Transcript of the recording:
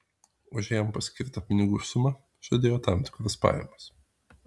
už jam paskirtą pinigų sumą žadėjo tam tikras pajamas